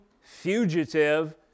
fugitive